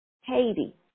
Haiti